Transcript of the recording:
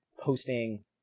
posting